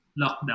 lockdown